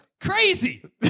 Crazy